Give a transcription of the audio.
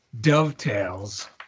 dovetails